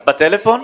את בטלפון?